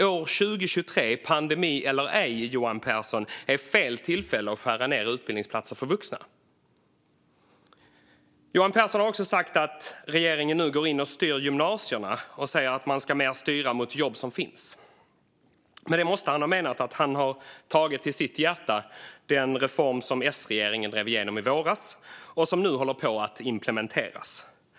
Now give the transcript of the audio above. År 2023 är fel tillfälle att skära ned på utbildningsplatser för vuxna, Johan Pehrson - pandemi eller ej. Johan Pehrson har också sagt att regeringen nu går in och styr gymnasierna och att man mer ska styra mot jobb som finns. Med det måste han ha menat att han har tagit den reform som S-regeringen drev igenom i våras och som nu håller på att implementeras till sitt hjärta.